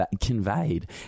conveyed